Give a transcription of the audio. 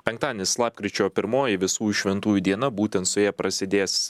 penktadienis lapkričio pirmoji visų šventųjų diena būtent su ja prasidės